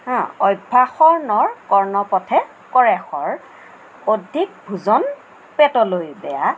অভ্যাসৰ নৰ কৰ্ণ পথে কৰে শৰ অধিক ভোজন পেটলৈ বেয়া